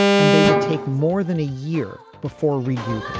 and they would take more than a year before regrouping.